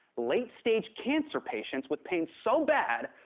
late stage cancer patients with pain so bad.